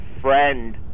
friend